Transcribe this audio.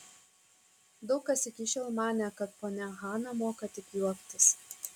daug kas iki šiol manė kad ponia hana moka tik juoktis